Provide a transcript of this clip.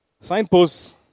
Signposts